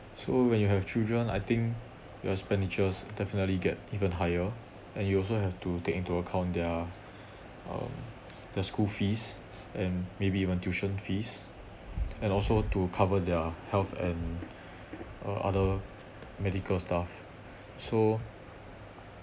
so when you have children I think your expenditures definitely get even higher and you also have to take into account their um their school fees and maybe even tuition fees and also to cover their health and uh other medical stuff so